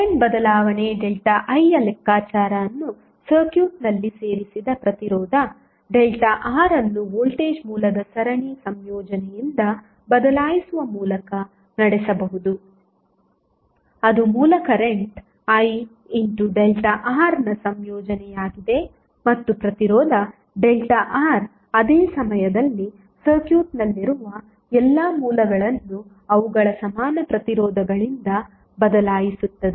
current ಬದಲಾವಣೆ ΔIಯ ಲೆಕ್ಕಾಚಾರ ಅನ್ನು ಸರ್ಕ್ಯೂಟ್ನಲ್ಲಿ ಸೇರಿಸಿದ ಪ್ರತಿರೋಧ ΔR ಅನ್ನು ವೋಲ್ಟೇಜ್ ಮೂಲದ ಸರಣಿ ಸಂಯೋಜನೆಯಿಂದ ಬದಲಾಯಿಸುವ ಮೂಲಕ ನಡೆಸಬಹುದು ಅದು ಮೂಲ ಕರೆಂಟ್ I ΔR ನ ಸಂಯೋಜನೆಯಾಗಿದೆ ಮತ್ತು ಪ್ರತಿರೋಧ ΔR ಅದೇ ಸಮಯದಲ್ಲಿ ಸರ್ಕ್ಯೂಟ್ನಲ್ಲಿರುವ ಎಲ್ಲಾ ಮೂಲಗಳನ್ನು ಅವುಗಳ ಸಮಾನ ಪ್ರತಿರೋಧಗಳಿಂದ ಬದಲಾಯಿಸುತ್ತದೆ